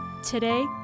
Today